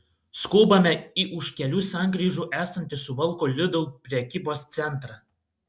skubame į už kelių sankryžų esantį suvalkų lidl prekybos centrą